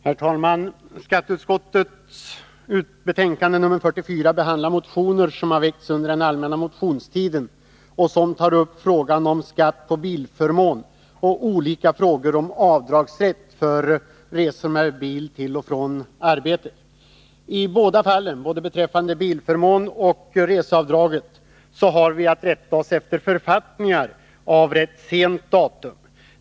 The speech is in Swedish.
Herr talman! Skatteutskottets betänkande nr 44 behandlar motioner som har väckts under den allmänna motionstiden och som tar upp frågan om skatt på bilförmån och olika frågor om avdragsrätt för resor med bil till och från arbetet. I båda fallen, beträffande både bilförmånen och reseavdraget, har vi att rätta oss efter författningar av rätt sent datum.